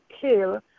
kill